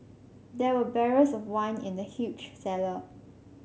there were barrels of wine in the huge cellar